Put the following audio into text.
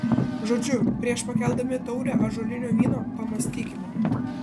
žodžiu prieš pakeldami taurę ąžuolinio vyno pamąstykime